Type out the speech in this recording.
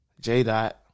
J-Dot